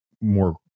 more